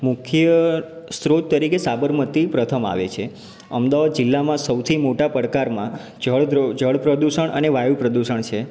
મુખ્ય સ્ત્રોત તરીકે સાબરમતી પ્રથમ આવે છે અમદાવાદ જિલ્લામાં સૌથી મોટા પડકારમાં જળ દ્ર જળ પ્રદૂષણ અને વાયુ પ્રદૂષણ છે